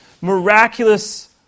miraculous